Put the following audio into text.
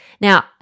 Now